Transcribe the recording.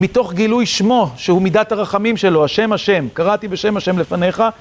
מתוך גילוי שמו, שהוא מידת הרחמים שלו, השם השם, קראתי בשם השם לפניך.